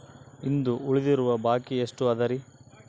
ಇಂದು ಉಳಿದಿರುವ ಬಾಕಿ ಎಷ್ಟು ಅದರಿ?